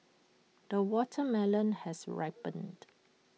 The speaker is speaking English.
the watermelon has ripened